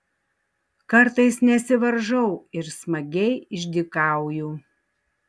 kartais nesivaržau ir smagiai išdykauju